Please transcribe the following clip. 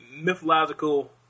mythological